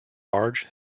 marge